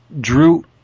drew